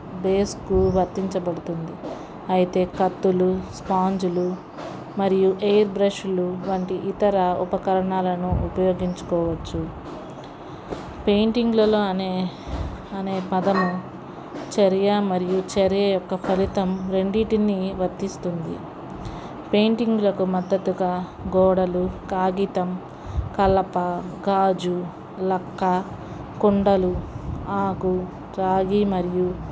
బేస్కు వర్తించబడుతుంది అయితే కత్తులు స్పాంజులు మరియు ఎయిర్ బ్రషులు వాటి ఇతర ఉపకరణాలను ఉపయోగించుకోవచ్చు పెయింటింగ్లలో అనే అనే పదము చర్య మరియు చర్య యొక్క ఫలితం రెండింటిని వర్తిస్తుంది పెయింటింగ్లకు మద్దతుగా గోడలు కాగితం కలప గాజు లక్క కుండలు ఆకు రాగి మరియు